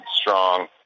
strong